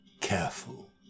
Careful